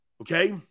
Okay